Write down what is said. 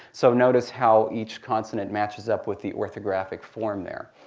so notice how each consonant matches up with the orthographic form there.